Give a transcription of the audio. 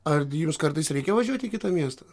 ar jums kartais reikia važiuot į kitą miestą